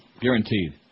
guaranteed